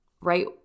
right